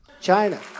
China